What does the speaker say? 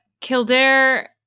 Kildare